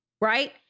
Right